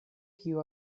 kiu